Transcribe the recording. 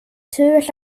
tur